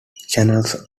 channels